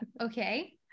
Okay